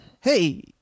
hey